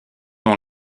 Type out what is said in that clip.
dont